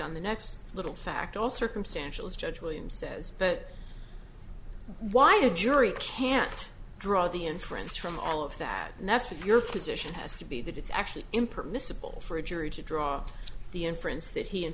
on the next little fact all circumstantial as judge william says but why a jury can't draw the inference from all of that and that's what your position has to be that it's actually impermissible for a jury to draw the inference that he in